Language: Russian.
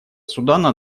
судана